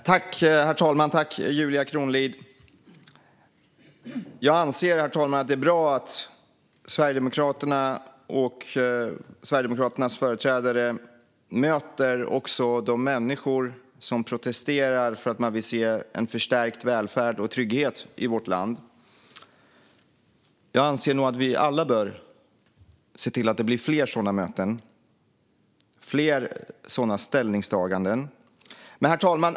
Herr talman och Julia Kronlid! Jag anser att det är bra att Sverigedemokraterna och Sverigedemokraternas företrädare också möter de människor som protesterar för att de vill se en förstärkt välfärd och trygghet i vårt land. Jag anser att vi alla nog bör se till att det blir fler sådana möten och fler sådana ställningstaganden. Herr talman!